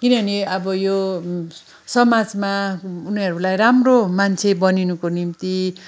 किनभने अब यो समाजमा उनीहरूलाई राम्रो मान्छे बनिनको निम्ति